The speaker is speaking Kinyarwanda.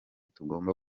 tugomba